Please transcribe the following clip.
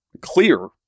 clear